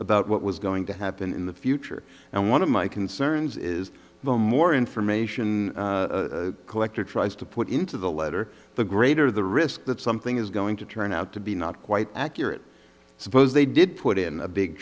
about what was going to happen in the future and one of my concerns is the more information collector tries to put into the letter the greater the risk that something is going to turn out to be not quite accurate suppose they did put in a big